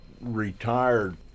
retired